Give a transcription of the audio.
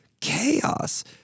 chaos